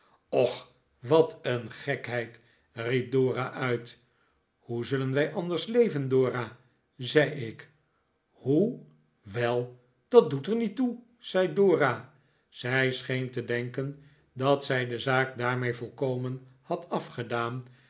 och wat een gekheid riep dora uit hoe zullen wij anders leven dora zei ik i hoe wel dat doet er niet toe zei dora zij scheen te denken dat zij de zaak daarmee volkomen had afgedaan